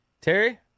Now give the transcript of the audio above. Terry